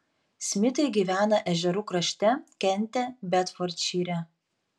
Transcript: smitai gyvena ežerų krašte kente bedfordšyre